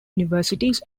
universities